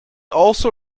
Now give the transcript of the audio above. also